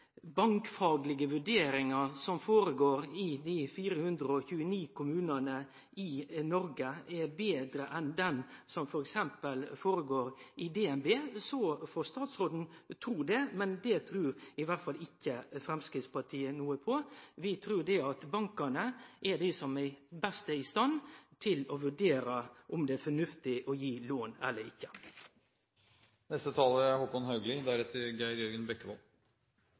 bankfaglege vurderinga som finn stad i dei 429 kommunane er betre enn den som f.eks. finn stad i DNB, får statsråden tru det, men det trur i alle fall ikkje Framstegspartiet noko på. Vi trur at bankane er dei som er best i stand til å vurdere om det er fornuftig å gi lån eller ikkje. Jeg er